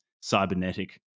cybernetic